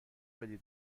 بدید